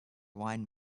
wine